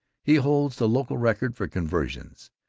he holds the local record for conversions.